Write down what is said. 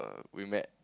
we met